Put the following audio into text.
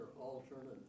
alternative